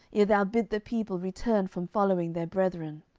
ere thou bid the people return from following their brethren?